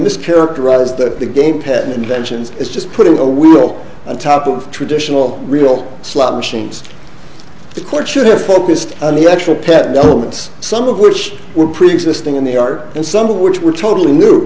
mischaracterized that the game penn inventions is just putting a wheel on top of traditional real slot machines the court should have focused on the actual pet elements some of which were preexisting in the are and some of which were totally new